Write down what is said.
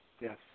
Yes